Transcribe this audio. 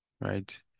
right